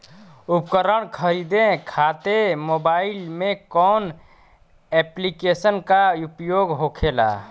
उपकरण खरीदे खाते मोबाइल में कौन ऐप्लिकेशन का उपयोग होखेला?